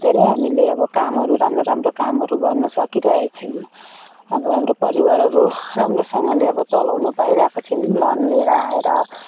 धेरै हामीले अब कामहरू राम्रो राम्रो कामहरू गर्न सकिरहेका छौँ अब हाम्रो परिवारहरू राम्रोसँगले चलाउन पाइरहेको छौँ लोन लिएर आएर